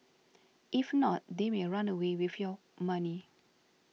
if not they may run away with your money